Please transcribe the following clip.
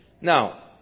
Now